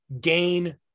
gain